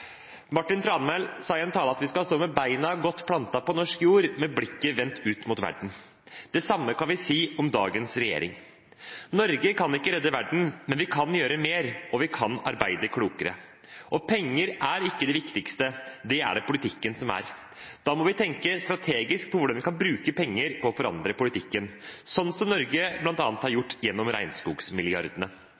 Martin Tranmæl sa i en tale at vi skal stå med beina godt plantet på norsk jord med blikket vendt ut mot verden. Det samme kan vi si om dagens regjering. Norge kan ikke redde verden, men vi kan gjøre mer, og vi kan arbeide klokere. Og penger er ikke det viktigste, det er det politikken som er. Da må vi tenke strategisk på hvordan vi kan bruke penger på å forandre politikken, sånn som Norge bl.a. har gjort gjennom regnskogsmilliardene.